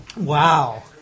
Wow